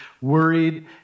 worried